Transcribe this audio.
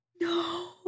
No